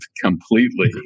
completely